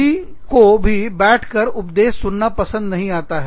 किसी को भी बैठकर उपदेश सुनना पसंद नहीं आता है